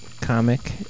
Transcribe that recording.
comic